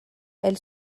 elle